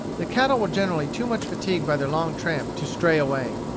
the cattle were generally too much fatigued by their long tramp to stray away.